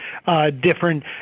different